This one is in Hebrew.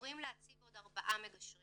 אמורים להציב עוד ארבעה מגשרים